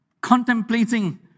contemplating